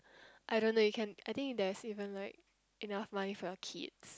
I don't know you can I think there is even like enough money for your kids